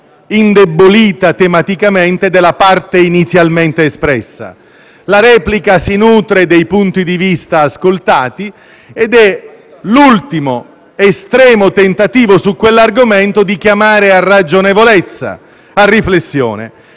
indebolita tematicamente, della parte inizialmente espressa. La replica si nutre dei punti di vista ascoltati ed è l'ultimo, estremo tentativo di chiamare a ragionevolezza e a riflessione